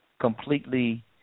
completely